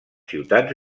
ciutats